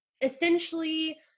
essentially